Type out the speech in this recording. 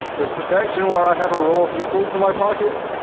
is protection why i have a roll of nickels in my pocket?